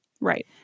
Right